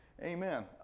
Amen